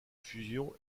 fusion